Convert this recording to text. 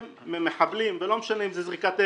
אכפת ממחבלים, ולא משנה אם זה זריקת אבן.